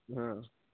ହଁ